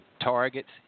Target's